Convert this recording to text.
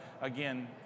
again